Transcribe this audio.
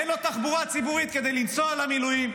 אין לו תחבורה ציבורית כדי לנסוע למילואים.